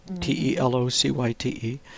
T-E-L-O-C-Y-T-E